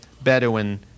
Bedouin